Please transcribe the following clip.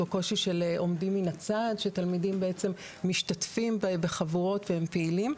או קושי של עומדים מן הצד שתלמידים משתתפים בחבורות והם פעילים,